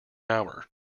hour